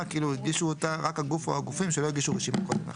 כאילו הגישו אותה רק הגוף או הגופים שלא הגישו רשימה קודם לכן,